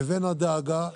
לבין הדאגה.